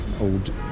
old